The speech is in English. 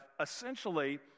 essentially